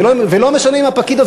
ולא משנה אם הפקיד הזה,